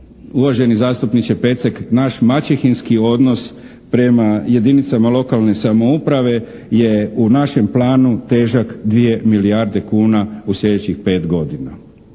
uvaženi zastupniče Pecek naš maćehinski odnos prema jedinicama lokalne samouprave je u našem planu težak 2 milijarde kuna u slijedećih pet godina.